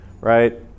Right